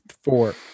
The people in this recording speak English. four